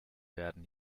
werden